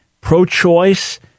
pro-choice